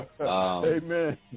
Amen